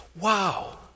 Wow